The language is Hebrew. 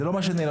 זה לא מה שנאמר.